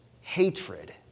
hatred